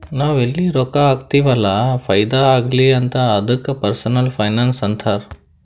ನಾವ್ ಎಲ್ಲಿ ರೊಕ್ಕಾ ಹಾಕ್ತಿವ್ ಅಲ್ಲ ಫೈದಾ ಆಗ್ಲಿ ಅಂತ್ ಅದ್ದುಕ ಪರ್ಸನಲ್ ಫೈನಾನ್ಸ್ ಅಂತಾರ್